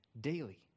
daily